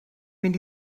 mynd